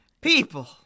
People